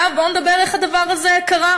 עכשיו, בואו נדבר על איך הדבר הזה קרה.